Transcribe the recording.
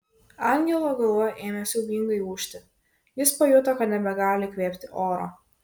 angelo galva ėmė siaubingai ūžti jis pajuto kad nebegali įkvėpti oro